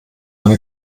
eine